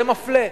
זה מפלה.